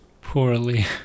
Poorly